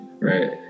right